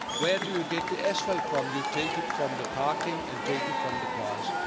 where do you get the asphalt from? you take it from the parking and take it from the cars.